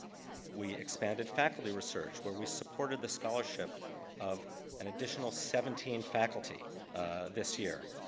we expanded faculty research, where we supported the scholarship of an additional seventeen faculty this year,